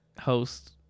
host